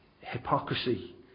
hypocrisy